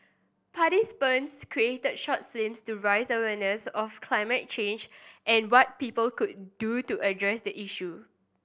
participants created short films to raise awareness of climate change and what people could do to address the issue